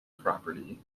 property